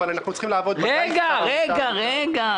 אנחנו צריכים לעבוד די הרבה כדי למצוא אותם.